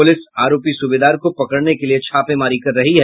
police आरोपी सूबेदार को पकड़ने के लिये छापेमारी कर रही है